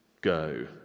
go